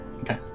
Okay